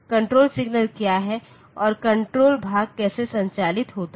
control signal क्या हैं और यह कण्ट्रोल भाग कैसे संचालित होता है